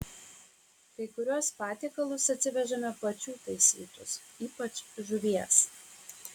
kai kuriuos patiekalus atsivežame pačių taisytus ypač žuvies